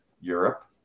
Europe